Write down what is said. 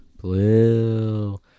Blue